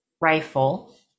rifle